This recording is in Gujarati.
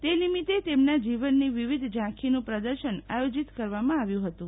તે નિમિતે તેમના જીવનની વિવિધ જાંખીનું પ્રદશન આદ્યોજિત કરવામાં આવ્યું હતું